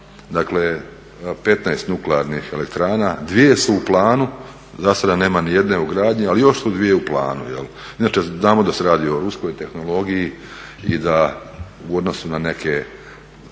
ima 15 nuklearnih elektrana, 2 su u planu, zasada nema ni jedne u gradnji, ali još su 2 u planu. Inače, znamo da se radi o ruskoj tehnologiji i da u odnosu na neke,